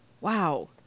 Wow